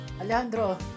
Alejandro